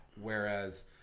whereas